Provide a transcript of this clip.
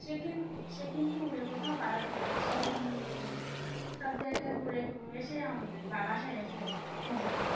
সে কিন্ত সে কিন্তু উড়ে কোথাও পালাতো না সে সব জায়গায় ঘুরে এসে আমাদের বা বাসায় এসে পৌঁছাতো